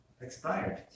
expired